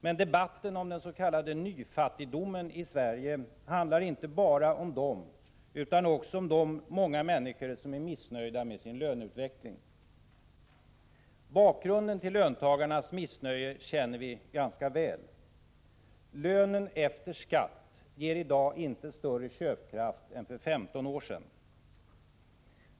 Men debatten om den s.k. nyfattigdomen i Sverige handlar inte bara om dem, utan också om de många människor som är missnöjda med sin löneutveckling. Bakgrunden till löntagarnas missnöje känner vi ganska väl. Lönen efter skatt ger i dag inte större köpkraft än för femton år sedan.